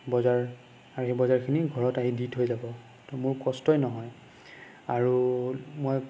বজাৰ আৰু সেই বজাৰখিনি ঘৰত আহি দি থৈ যাব তো মোৰ কষ্টই নহয় আৰু মই